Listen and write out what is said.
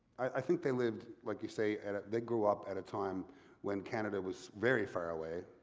i think they lived like you say, and they grew up at a time when canada was very far away.